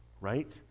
Right